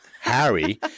Harry